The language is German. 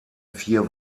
vier